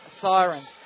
Sirens